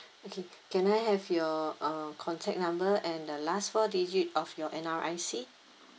okay can I have your uh contact number and the last four digit of your N_R_I_C